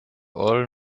all